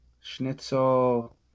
Schnitzel